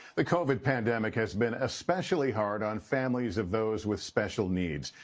but covid pandemic has been especially hard on families of those with special needs.